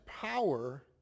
power